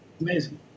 Amazing